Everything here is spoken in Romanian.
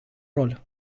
rol